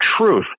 truth